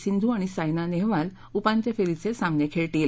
सिंधू आणि सायना नेहवाल उपात्य फेरीचे सामने खेळतील